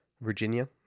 Virginia